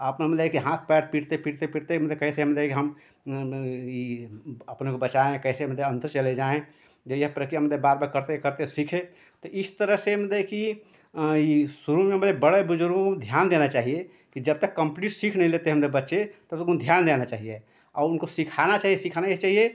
अपन मतलब कि हाथ पैर पीटते पीटते पीटते मतलब कैसे हम हम अपने को बचाएँ कैसे मतलब हम तो चले जाएँ जब यह प्रक्रिया मतलब बार बार करते करते सीखे तो इस तरह से मतलब कि शुरू में बड़े बुजुर्गों को ध्यान देना चाहिए कि जबतक कम्प्लीट सीख नहीं लेते बच्चे तब तक उन ध्यान देना चाहिए और उनको सिखाना चाहिए सिखाना यह चाहिए